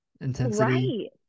intensity